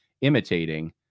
imitating